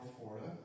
Florida